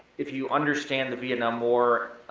if you understand the vietnam war,